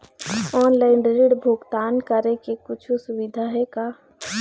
Online ऋण भुगतान करे के कुछू सुविधा हे का?